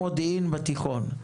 "ראשון מודיעין בתיכון"